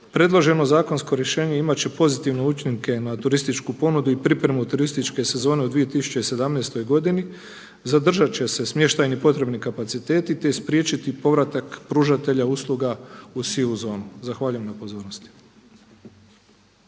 Predloženo zakonsko rješenje imat će pozitivne učinke na turističku ponudi i pripremu turističke sezone u 2017. godini. Zadržat će se smještajni potrebni kapaciteti te spriječiti povratak pružatelja usluga u sivu zonu. Zahvaljujem na pozornosti.